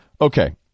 Okay